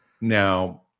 Now